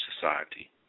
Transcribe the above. Society